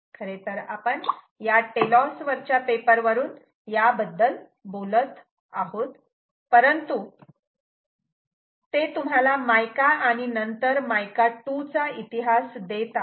खरेतर आपण या टेलोस वरच्या पेपर वरून याबद्दल बोलत आहोत परंतु ते तुम्हाला मायका आणि नंतर मायका 2 चा इतिहास देत आहेत